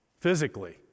Physically